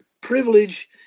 privilege